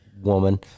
Woman